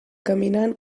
caminant